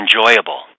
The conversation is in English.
enjoyable